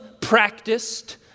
practiced